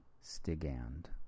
Stigand